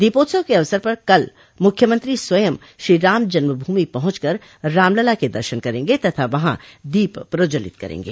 दीपोत्सव के अवसर पर कल मुख्यमंत्री स्वयं श्रीरामजन्मभूमि पहुंचकर रामलला के दर्शन करेंगे तथा वहां दीप प्रज्ज्वलित करेंगे